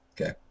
okay